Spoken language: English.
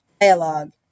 dialogue